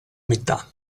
metà